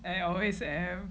I always am